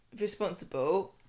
responsible